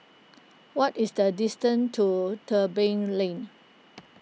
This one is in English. what is the distance to Tebing Lane